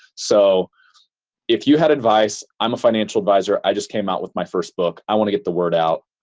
so if you have advice, i'm a financial advisor. i just came out with my first book. i want to get the word out.